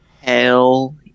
Hell